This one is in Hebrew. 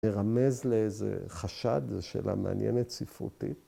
‫מרמז לאיזה חשד, ‫שאלה מעניינת, ספרותית.